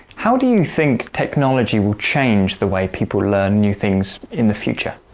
how do you think technology will change the way people learn new things in the future?